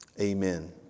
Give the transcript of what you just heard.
Amen